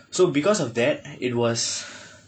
so because of that it was